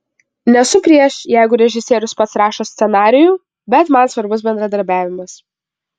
nesu prieš jeigu režisierius pats rašo scenarijų bet man svarbus bendradarbiavimas